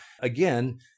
again